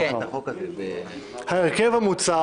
ההרכב המוצע,